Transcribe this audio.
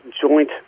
joint